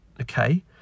okay